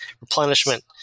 replenishment